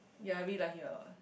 ya I really like here ah